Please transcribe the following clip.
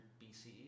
BCE